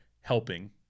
helping